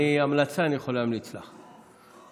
המלצה אני יכול להמליץ לך,